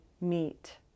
meet